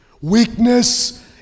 Weakness